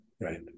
right